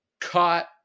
caught